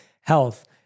health